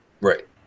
Right